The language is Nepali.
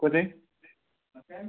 को चाहिँ